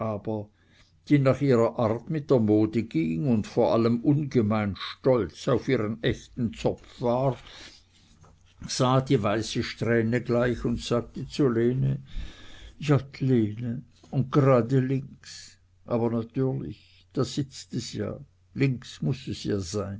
die nach ihrer art mit der mode ging und vor allem ungemein stolz auf ihren echten zopf war sah die weiße strähne gleich und sagte zu lene jott lene un grade links aber natürlich da sitzt es ja links muß es ja sein